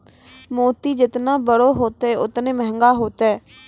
मोती जेतना बड़ो होतै, ओतने मंहगा होतै